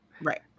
right